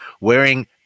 wearing